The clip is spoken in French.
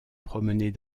promener